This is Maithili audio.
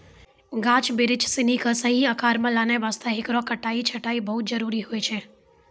गाछ बिरिछ सिनि कॅ सही आकार मॅ लानै वास्तॅ हेकरो कटाई छंटाई बहुत जरूरी होय छै